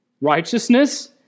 righteousness